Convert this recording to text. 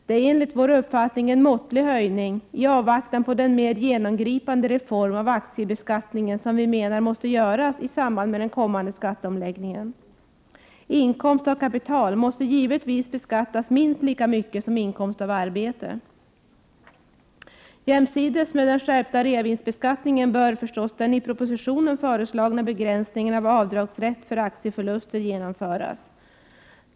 Det är enligt vår uppfattning en måttlig höjning i avvaktan på den mer genomgripande reform av aktiebeskattningen som vi menar måste göras i samband med den kommande skatteomläggningen. Inkomst av kapital måste givetvis beskattas minst lika mycket som inkomst av arbete. Jämsides med den skärpta reavinstbeskattningen bör förstås den i propositionen föreslagna begränsningen av avdragsrätten för aktieförluster genomföras.